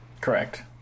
Correct